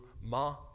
ma